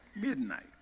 Midnight